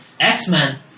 X-Men